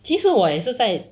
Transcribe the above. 其实我也是在